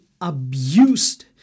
abused